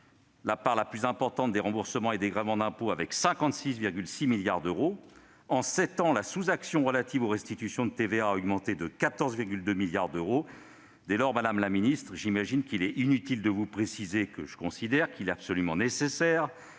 la part la plus importante des remboursements et dégrèvements d'impôts avec 56,6 milliards d'euros. En sept ans, la sous-action relative aux restitutions de TVA a augmenté de 14,2 milliards d'euros. Dès lors, madame la ministre, il est inutile de vous préciser que je considère comme absolument nécessaire